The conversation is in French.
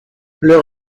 leur